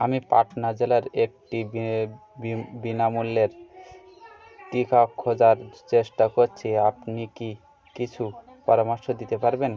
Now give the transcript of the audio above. আমি পাটনা জেলার একটি বি বিনামূল্যের টিকা খোঁজার চেষ্টা করছি আপনি কি কিছু পরামর্শ দিতে পারবেন